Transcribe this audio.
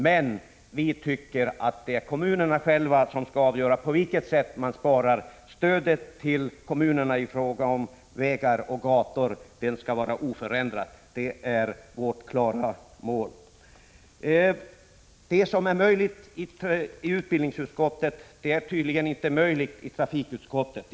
Men vi tycker att kommunerna själva skall avgöra på vilket område de vill spara. Vårt klara mål är att stödet till kommunala vägar och gator skall vara oförändrat. Det som är möjligt i utbildningsutskottet är tydligen inte möjligt i trafikutskottet.